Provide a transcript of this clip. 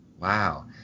Wow